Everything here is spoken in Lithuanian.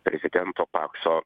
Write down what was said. prezidento pakso